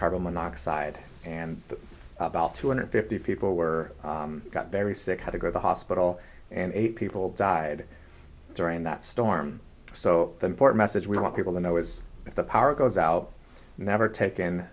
carbon monoxide and about two hundred fifty people were got very sick how to go to hospital and eight people died during that storm so the important message we want people to know is if the power goes out never take